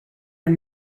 are